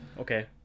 okay